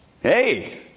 hey